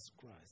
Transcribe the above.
Christ